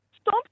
Stop